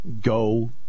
go